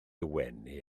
wenu